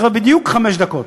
זה צריך להיות בדיוק חמש דקות.